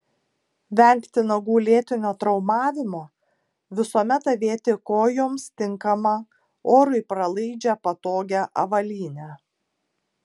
vengti nagų lėtinio traumavimo visuomet avėti kojoms tinkamą orui pralaidžią patogią avalynę